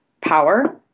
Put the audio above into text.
power